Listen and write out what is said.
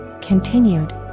continued